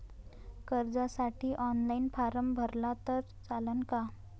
कर्जसाठी online form भरला तर चालन का?